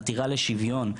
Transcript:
החתירה לשוויון,